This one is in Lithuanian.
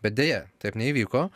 bet deja taip neįvyko